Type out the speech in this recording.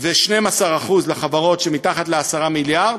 ו-12% לחברות שמתחת ל-10 מיליארד,